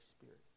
Spirit